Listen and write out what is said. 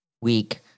week